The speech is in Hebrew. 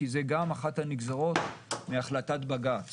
כי זו גם אחת הנגזרות מהחלטת בג"ץ